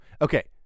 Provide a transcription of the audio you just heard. Okay